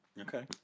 Okay